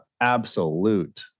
absolute